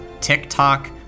TikTok